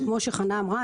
וכמו שחנה אמרה,